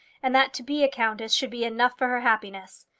and that to be a countess should be enough for her happiness.